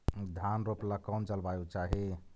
धान रोप ला कौन जलवायु चाही?